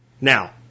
Now